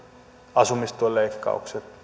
asumistuen leikkaukset